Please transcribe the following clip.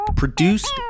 Produced